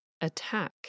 attack